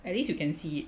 at least you can see it